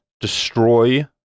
destroy